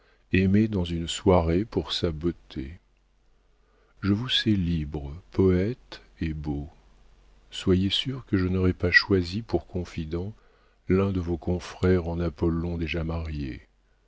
aimé dans une soirée pour sa beauté je vous sais libre poëte et beau soyez sûr que je n'aurais pas choisi pour confident l'un de vos confrères en apollon déjà marié